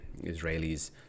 Israelis